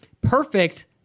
perfect